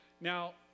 Now